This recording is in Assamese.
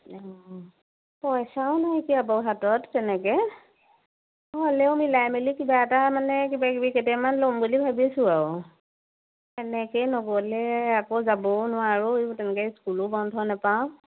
অ পইচাও নাইকিয়া বাৰু হাতত তেনেকৈ হ'লেও মিলাই মেলি কিবা এটা মানে কিবা কিবি কেতিয়ামান ল'ম বুলি ভাবিছোঁ আৰু তেনেকৈয়ে নগ'লে আকৌ যাবও নোৱাৰোঁ তেনেকৈ স্কুলো বন্ধ নাপাওঁ